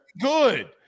good